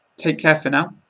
take care for now.